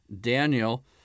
Daniel